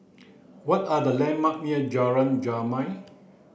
what are the landmarks near Jalan Jamal